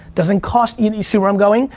doesn't cost any, see where i'm going?